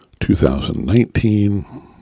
2019